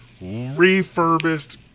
refurbished